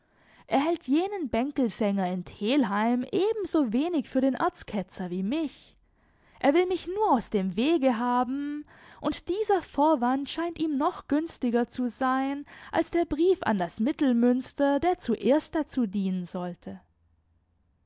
er hält jenen bänkelsänger in telheim ebensowenig für den erzketzer wie mich er will mich nur aus dem wege haben und dieser vorwand scheint ihm noch günstiger zu sein als der brief an das mittelmünster der zuerst dazu dienen sollte